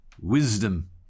wisdom